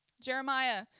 Jeremiah